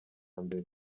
mbere